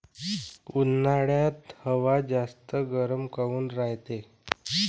उन्हाळ्यात हवा जास्त गरम काऊन रायते?